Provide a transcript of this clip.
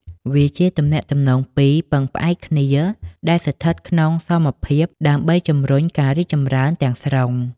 វាជាទំនាក់ទំនងពីរពឹងផ្អែកគ្នា ដែលស្ថិតក្នុងសមភាពដើម្បីជំរុញការរីកចម្រើនទាំងស្រុង។